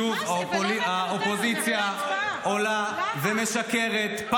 שוב האופוזיציה עולה ומשקרת,